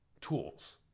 tools